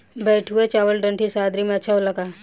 बैठुआ चावल ठंडी सह्याद्री में अच्छा होला का?